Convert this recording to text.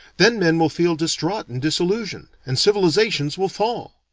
then men will feel distraught and disillusioned, and civilizations will fall.